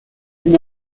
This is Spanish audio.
una